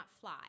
fly